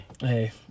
Hey